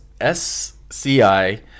SCI